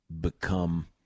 become